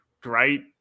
great